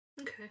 Okay